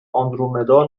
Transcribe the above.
آندرومدا